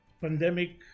pandemic